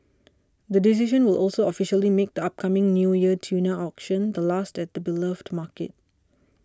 the decision will also officially make the upcoming New Year tuna auctions the last at the beloved market